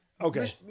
Okay